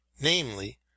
namely